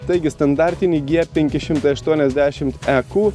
taigi standartinį g penki šimtai aštuoniasdešimt e ku